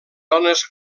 dones